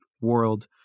world